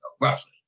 roughly